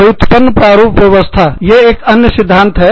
व्युत्पन्नप्रारूप व्यवस्थासाइबरनेटिक व्यवस्था एक अन्य सिद्धांत है